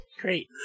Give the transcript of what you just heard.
Great